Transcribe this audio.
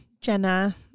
Jenna